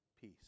peace